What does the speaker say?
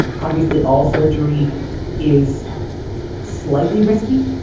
obviously, all surgery is slightly risky,